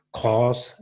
cause